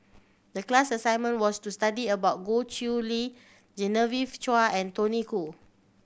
the class assignment was to study about Goh Chiew Lye Genevieve Chua and Tony Khoo